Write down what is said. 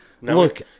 Look